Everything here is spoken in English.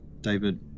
David